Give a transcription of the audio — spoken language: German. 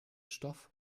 stoff